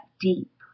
deep